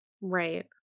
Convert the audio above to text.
Right